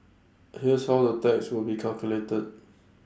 here's how the tax will be calculated